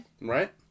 Right